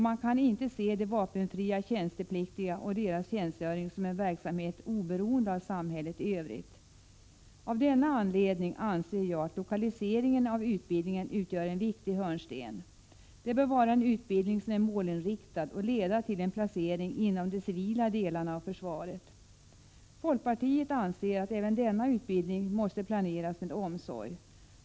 Man kan inte se de vapenfria tjänstepliktiga och deras tjänstgöring som en verksamhet oberoende av samhället i övrigt. Av denna anledning anser jag att lokaliseringen av utbildningen utgör en viktig hörnsten. Det bör vara en utbildning som är målinriktad och leder till en placering inom de civila delarna av försvaret. Folkpartiet anser att även denna utbildning måste planeras med omsorg.